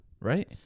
right